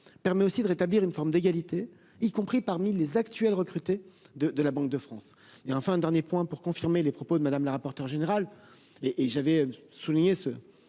permet aussi de rétablir une forme d'égalité, y compris parmi les actuels recrutés de la Banque de France. Enfin, je confirme les propos de Mme la rapporteure générale, et j'avais déjà souligné ce